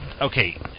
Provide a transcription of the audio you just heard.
Okay